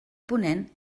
ponent